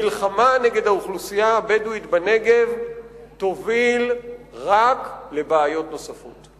מלחמה נגד האוכלוסייה הבדואית בנגב תוביל רק לבעיות נוספות.